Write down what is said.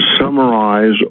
summarize